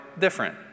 different